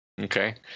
Okay